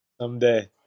Someday